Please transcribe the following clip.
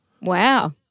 Wow